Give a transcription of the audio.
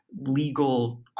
legal